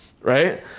Right